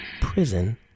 prison